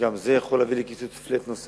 וגם זה יכול להביא לקיצוץ נוסף,